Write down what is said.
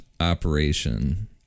operation